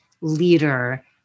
leader